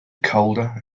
colder